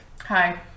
hi